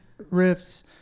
riffs